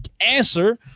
answer